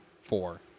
four